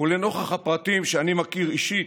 ולנוכח הפרטים שאני מכיר אישית,